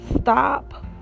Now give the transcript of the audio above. stop